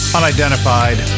Unidentified